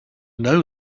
know